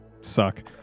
suck